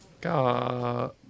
God